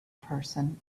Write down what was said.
person